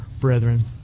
brethren